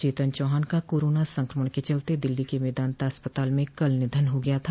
चेतन चौहान का कोरोना संकमण के चलते दिल्ली के मेदाता अस्पताल में कल निधन हो गया था